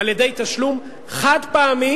על-ידי תשלום חד-פעמי,